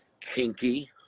kinky